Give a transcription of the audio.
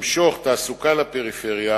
כדי למשוך תעסוקה לפריפריה